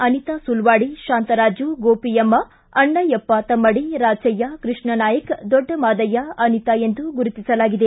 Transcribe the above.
ಅನಿತಾ ಸುಲ್ವಾಡಿ ಶಾಂತರಾಜು ಗೋಪಿಯಮ್ಮ ಅಣ್ಣಯ್ಯಪ್ಪ ತಮ್ಮಡಿ ರಾಚಯ್ಯ ಕೃಷ್ಣನಾಯ್ಯ ದೊಡ್ಡಮಾದಯ್ಲ ಅನಿತಾ ಎಂದು ಗುರುತಿಸಲಾಗಿದೆ